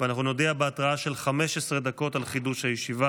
פקודת בתי הסוהר (מס' 64, הוראת